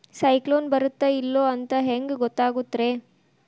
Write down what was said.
ಸೈಕ್ಲೋನ ಬರುತ್ತ ಇಲ್ಲೋ ಅಂತ ಹೆಂಗ್ ಗೊತ್ತಾಗುತ್ತ ರೇ?